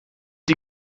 die